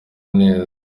neza